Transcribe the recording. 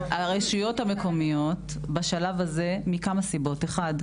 מכמה סיבות: אחד,